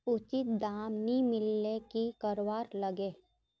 उचित दाम नि मिलले की करवार लगे?